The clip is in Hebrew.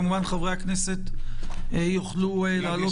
אפשר להדליק